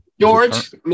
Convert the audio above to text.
George